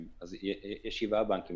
יש שבעה בנקים,